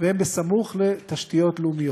והם בסמוך לתשתיות לאומיות.